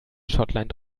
schottland